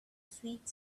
sweet